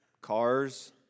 cars